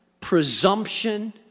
presumption